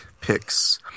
picks